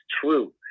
true